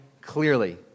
clearly